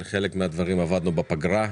על חלק מהדברים עבדנו בפגרה,